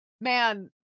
man